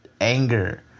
anger